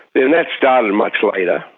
then that started much later,